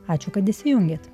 ačiū kad įsijungėt